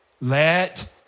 Let